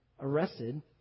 arrested